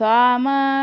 Sama